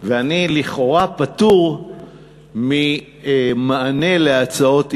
ואני לכאורה פטור ממענה על הצעות האי-אמון.